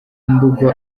mbungo